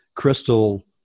Crystal